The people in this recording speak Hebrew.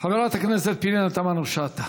חברת הכנסת פנינה תמנו-שטה.